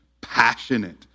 passionate